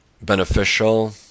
beneficial